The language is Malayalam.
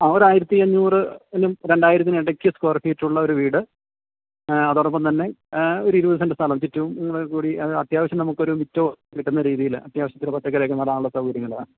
ആ ഒരായിരത്തി അഞ്ഞൂറിനും രണ്ടായിരത്തിനും ഇടയ്ക്ക് സ്ക്വയർ ഫീറ്റുള്ള ഒരു വീട് അതോടൊപ്പം തന്നെ ഒരിരുപത് സെന്റ് സ്ഥലം ചുറ്റും കൂടി അത് അത്യാവശ്യം നമുക്കൊരു മുറ്റവും കിട്ടുന്ന രീതിയില് അത്യാവശ്യത്തിനു പുറത്തേക്കിറങ്ങിവരാനുള്ള സൗകര്യമുള്ള